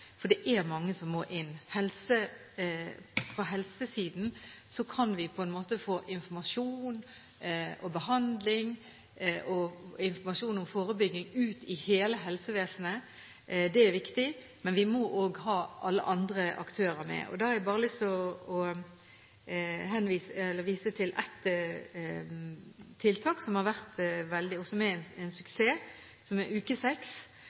for det er mange som må inn. På helsesiden kan vi få informasjon om behandling og om forbygging ut til hele helsevesenet – det er viktig – men vi må også ha alle andre aktører med. Jeg har lyst til å vise til et tiltak som er en suksess. Det heter Uke Sex – importert fra Danmark – og er både en kampanje og undervisning for 7.–10. klasse. Det er